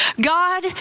God